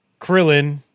Krillin